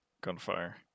Gunfire